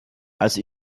also